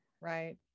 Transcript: right